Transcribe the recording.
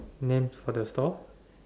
name for the store